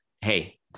Hey